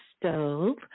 stove